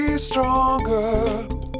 stronger